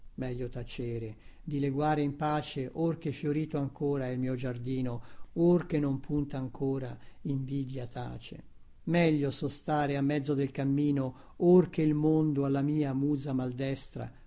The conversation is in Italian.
meglio tacere dileguare in pace or che fiorito ancora è il mio giardino or che non punta ancora invidia tace meglio sostare a mezzo del cammino or che il mondo alla mia musa maldestra